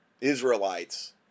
Israelites